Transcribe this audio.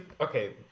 Okay